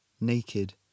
naked